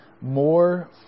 more